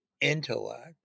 intellect